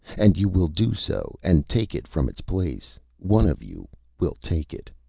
and you will do so, and take it from its place. one of you will take it!